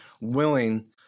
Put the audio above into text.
willing